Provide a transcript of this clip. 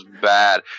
bad